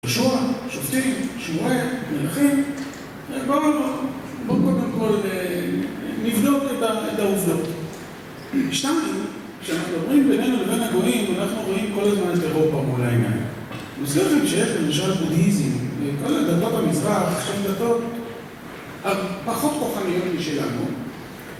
יהושוע, שופטים, שמואל, מלאכים, בואו קודם כל נבדוק את העובדות. שתיים, כשאנחנו מדברים בינינו לבין הגויים, אנחנו רואים כל הזמן את אירופה מול העיניים. ומזכיר לכם שיש למשל בודיאיזי, לכל הדתות במזרח שהם דתות הפחות כוחניות משלנו.